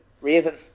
Raven